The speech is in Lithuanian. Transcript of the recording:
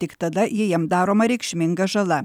tik tada jei jam daroma reikšminga žala